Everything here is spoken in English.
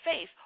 faith